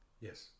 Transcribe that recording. Yes